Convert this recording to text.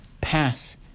pass